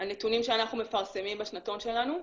הנתונים שאנחנו מפרסמים בשנתון שלנו,